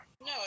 No